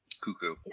cuckoo